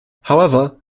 however